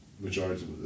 majority